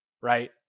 right